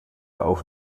auch